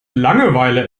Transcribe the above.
langeweile